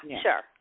sure